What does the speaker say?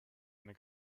eine